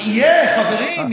יהיה, חברים.